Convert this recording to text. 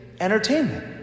entertainment